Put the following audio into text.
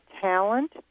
talent